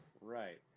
Right